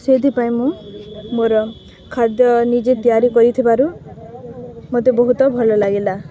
ସେଇଥିପାଇଁ ମୁଁ ମୋର ଖାଦ୍ୟ ନିଜେ ତିଆରି କରିଥିବାରୁ ମୋତେ ବହୁତ ଭଲ ଲାଗିଲା